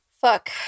Fuck